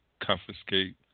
confiscate